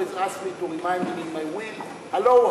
asks me to remind him in my will: Hello,